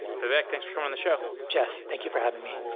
vivek, thanks for coming on the show. jeff, thank you for having me.